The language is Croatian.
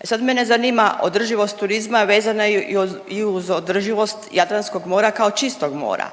E sad, mene zanima održivost turizma vezana je i uz održivost Jadranskog mora kao čistog mora,